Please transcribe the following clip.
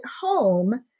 home